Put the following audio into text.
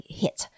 hit